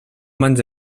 mans